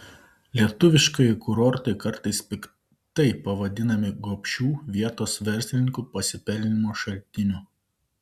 lietuviškieji kurortai kartais piktai pavadinami gobšių vietos verslininkų pasipelnymo šaltiniu